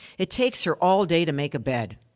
it takes her all day to make a bed.